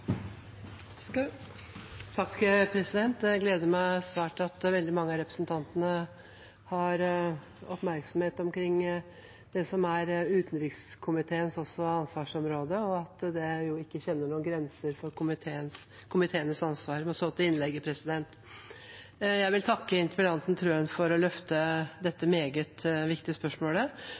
utenrikskomiteens ansvarsområde, og at det ikke er noen grenser for komiteenes ansvar. Så til innlegget: Jeg vil takke interpellanten Trøen for å løfte dette meget viktige spørsmålet.